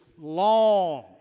long